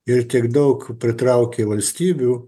ir tiek daug pritraukė valstybių